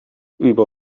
über